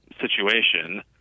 situation